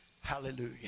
Hallelujah